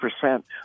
percent